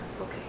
Okay